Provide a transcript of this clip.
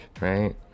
Right